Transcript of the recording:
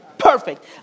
Perfect